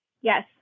Yes